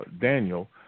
Daniel